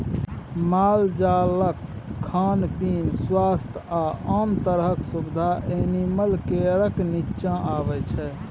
मालजालक खान पीन, स्वास्थ्य आ आन तरहक सुबिधा एनिमल केयरक नीच्चाँ अबै छै